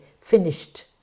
finished